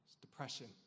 depression